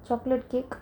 chocolate cake